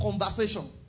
conversation